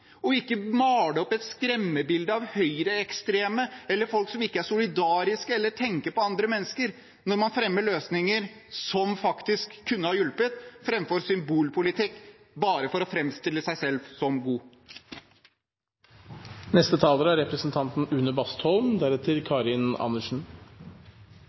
ikke male opp et skremmebilde av høyreekstreme eller folk som ikke er solidariske eller tenker på andre mennesker – når man fremmer løsninger som faktisk kunne ha hjulpet, framfor symbolpolitikk bare for å framstille seg selv som god. Det er